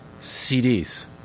CDs